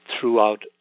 throughout